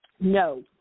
No